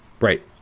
Right